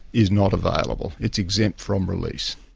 is not available, it's exempt from release.